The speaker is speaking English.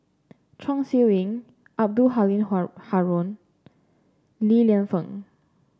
Chong Siew Ying Abdul Halim Haron Li Lienfung